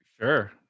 Sure